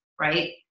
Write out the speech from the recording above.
right